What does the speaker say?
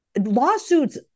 Lawsuits